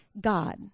God